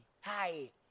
Hi